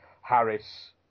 Harris